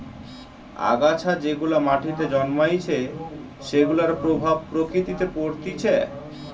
আগাছা যেগুলা মাটিতে জন্মাইছে সেগুলার প্রভাব প্রকৃতিতে পরতিছে